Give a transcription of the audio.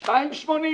2.8,